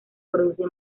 produce